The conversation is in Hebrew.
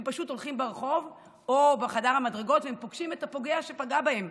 הם פשוט הולכים ברחוב או בחדר המדרגות והם פוגשים את הפוגע שפגע בהם,